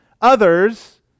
others